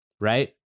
Right